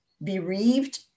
bereaved